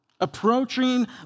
Approaching